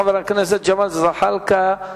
חבר הכנסת ג'מאל זחאלקה,